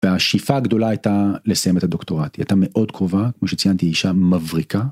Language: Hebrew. והשאיפה הגדולה הייתה לסיים את הדוקטורט. היא הייתה מאוד קרובה. כמו שציינתי היא אישה מבריקה.